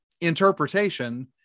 interpretation